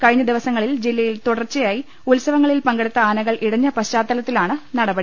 കഴിഞ്ഞദി്പസങ്ങളിൽ ജില്ലയിൽ തുടർച്ചയായി ഉത്സവങ്ങളിൽ പങ്കെടുത്ത ആനകൾ ഇടഞ്ഞ പശ്ചാത്തലത്തിലാണ് നടപടി